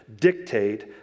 dictate